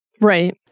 Right